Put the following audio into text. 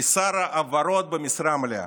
לשר הבהרות במשרה מלאה,